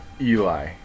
Eli